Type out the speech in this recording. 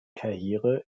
karriere